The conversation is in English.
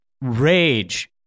rage